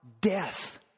death